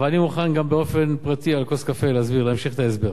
אבל אני מוכן גם באופן פרטי על כוס קפה להמשיך את ההסבר.